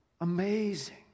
Amazing